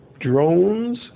drones